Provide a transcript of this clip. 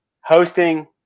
Hosting